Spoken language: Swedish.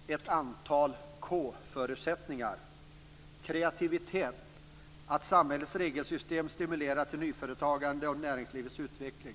- ett antal K Kreativitet - samhällets regelsystem skall stimulera till nyföretagande och näringslivets utveckling.